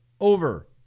Over